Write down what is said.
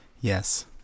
Yes